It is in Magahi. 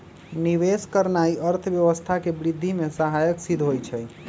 निवेश करनाइ अर्थव्यवस्था के वृद्धि में सहायक सिद्ध होइ छइ